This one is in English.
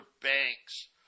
banks